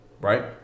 right